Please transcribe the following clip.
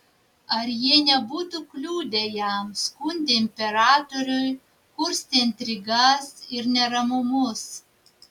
ar jie nebūtų kliudę jam skundę imperatoriui kurstę intrigas ir neramumus